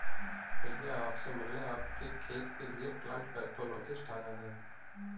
भैया आप से मिलने आपके खेत के लिए प्लांट पैथोलॉजिस्ट आया है